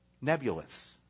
nebulous